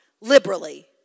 Liberally